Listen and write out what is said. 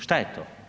Šta je to?